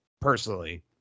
Personally